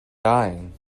dying